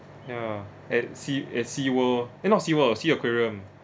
ya at sea at sea world eh not sea world sea aquarium